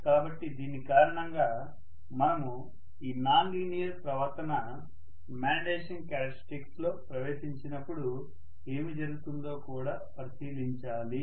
కాబట్టి దీని కారణంగా మనము ఈ నాన్ లీనియర్ ప్రవర్తన మ్యాగ్నెటైజేషన్ క్యారెక్టర్స్టిక్స్ లో ప్రవేశించినప్పుడు ఏమి జరుగుతుందో కూడా పరిశీలించాలి